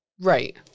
right